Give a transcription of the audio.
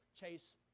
chase